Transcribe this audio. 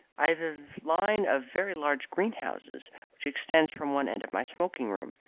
i have a line of very large greenhouses which extends from one end of my smoking-room.